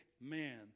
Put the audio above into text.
man